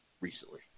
recently